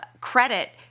credit